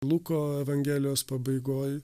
luko evangelijos pabaigoj